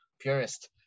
Purist